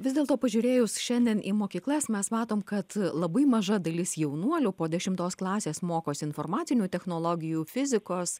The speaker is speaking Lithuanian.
vis dėlto pažiūrėjus šiandien į mokyklas mes matom kad labai maža dalis jaunuolių po dešimtos klasės mokosi informacinių technologijų fizikos